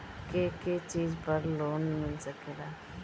के के चीज पर लोन मिल सकेला?